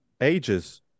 Ages